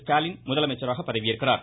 ஸ்டாலின் முதலமைச்சராக பதவியேற்கிறார்